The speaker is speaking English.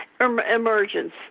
Emergence